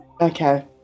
Okay